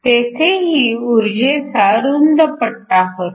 तेथेही ऊर्जेचा रुंद पट्टा होता